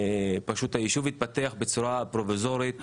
פשוט היישוב התפתח בצורה פרוביזורית,